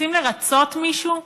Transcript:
רוצים לרצות מישהו,